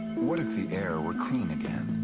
what if the air were clean again?